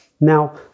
Now